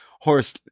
horse